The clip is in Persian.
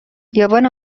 بیابان